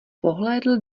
pohlédl